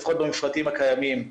לפחות במפרטים הקיימים,